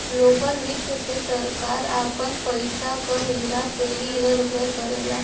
लोक वित्त से सरकार आपन पइसा क हेरा फेरी इधर उधर करला